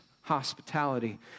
hospitality